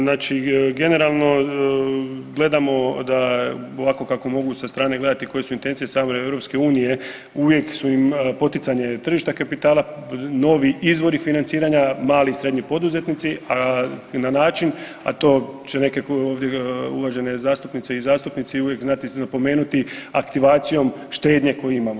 Znači generalno gledamo da ovako, kako mogu sa strane gledati koje su intencije same EU, uvijek su im poticanje tržišta kapitala, novi izvori financiranja, mali i srednji poduzetnici, a na način, a to će neke ovdje uvažene zastupnice i zastupnici uvijek znati napomenuti, aktivacijom štednje koju imamo.